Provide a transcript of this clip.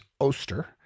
Oster